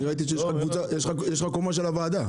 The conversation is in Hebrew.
אני ראיתי שיש לכם קומה של וועדה.